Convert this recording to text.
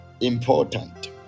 important